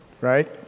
right